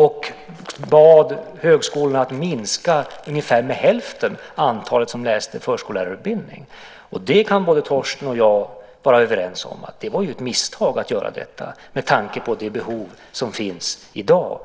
Man bad högskolorna att minska antalet som gick förskollärarutbildning med ungefär hälften. Både Torsten och jag kan vara överens om att det var ett misstag att göra detta med tanke på det behov av förskollärare som finns i dag.